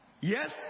Yes